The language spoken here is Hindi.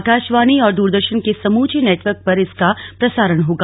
आकाशवाणी और दूरदर्शन के समूचे नेटवर्क पर इसका प्रसारण होगा